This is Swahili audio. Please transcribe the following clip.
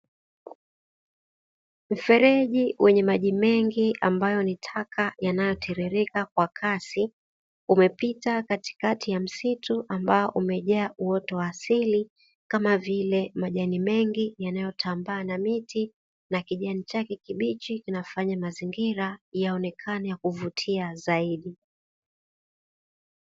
Mfereji wenye maji mengi ambayo ni taka yanayotiririka Kwa kasi umepita katikati ya msitu, ambao umejaa uoto wa asili kama vile majani mengi yanayotambaa na miti na kijani chake kibichi kinafanya mazingira yaonekane yakuvutia zaidi.